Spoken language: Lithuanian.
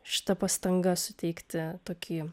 šita pastanga suteikti tokį